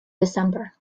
december